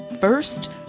First